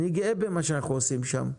אני גאה במה שאנחנו עושים שם,